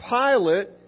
Pilate